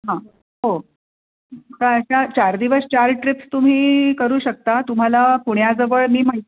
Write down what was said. हां हो आता अशा चार दिवस चार ट्रिप्स तुम्ही करू शकता तुम्हाला पुण्याजवळ मी माहि